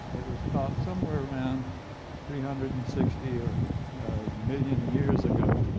it was thought somewhere around three hundred and sixty or million years ago